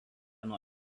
nuo